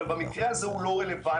אבל במקרה הזה הוא לא רלוונטי,